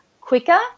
quicker